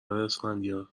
اسفندیار